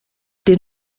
den